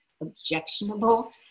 objectionable